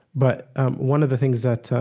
but one of the things that